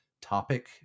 topic